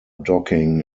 docking